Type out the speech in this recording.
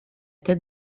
этой